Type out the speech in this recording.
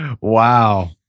Wow